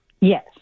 Yes